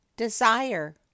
Desire